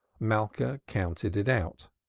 malka counted it out.